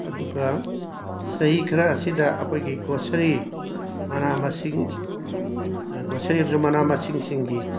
ꯑꯗꯨꯒ ꯆꯍꯤ ꯈꯔ ꯑꯁꯤꯗ ꯑꯩꯈꯣꯏꯒꯤ ꯒꯣꯁꯔꯤ ꯃꯅꯥ ꯃꯁꯤꯡ ꯒꯣꯁꯔꯤ ꯑꯝꯖꯨꯡ ꯃꯅꯥ ꯃꯁꯤꯡꯁꯤꯡꯒꯤ